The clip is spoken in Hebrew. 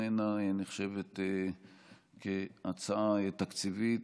איננה נחשבת להצעה תקציבית,